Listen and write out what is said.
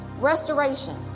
restoration